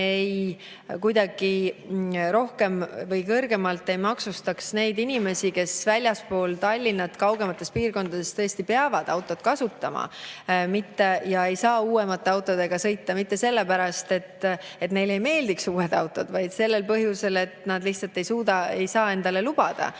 me kuidagi rohkem või kõrgemalt ei maksustaks neid inimesi, kes väljaspool Tallinna kaugemates piirkondades tõesti peavad autot kasutama ega saa uuemate autodega sõita, kusjuures mitte sellepärast, et neile ei meeldiks uued autod, vaid sellel põhjusel, et nad lihtsalt ei saa endale lubada